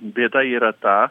bėda yra ta